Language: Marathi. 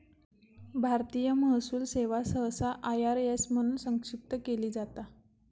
भारतीय महसूल सेवा सहसा आय.आर.एस म्हणून संक्षिप्त केली जाता